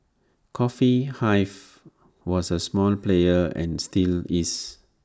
coffee hive was A small player and still is